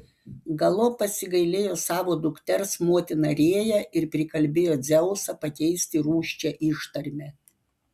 galop pasigailėjo savo dukters motina rėja ir prikalbėjo dzeusą pakeisti rūsčią ištarmę